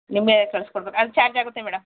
ನಿಮಗೆ ಕಳಿಸ್ಕೊಡ್ಬೇಕ್ ಅದು ಚಾರ್ಜ್ ಆಗುತ್ತೆ ಮೇಡಮ್